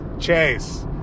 Chase